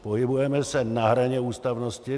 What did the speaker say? Pohybujeme se na hraně ústavnosti.